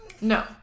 No